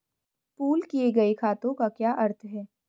Pool किए गए खातों का क्या अर्थ है?